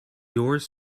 yours